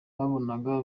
wabonaga